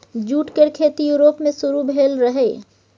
jute केर खेती Europe मे शुरु भेल रहइ